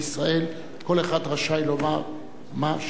כל אחד רשאי לומר מה שהוא רוצה.